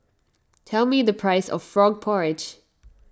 tell me the price of Frog Porridge